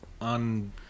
On